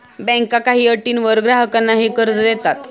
बँका काही अटींवर ग्राहकांना हे कर्ज देतात